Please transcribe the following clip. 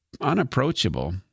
unapproachable